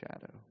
shadow